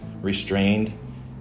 restrained